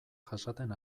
jasaten